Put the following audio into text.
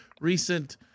recent